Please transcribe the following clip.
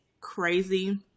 crazy